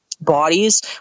bodies